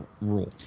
rule